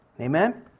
Amen